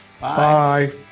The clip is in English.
Bye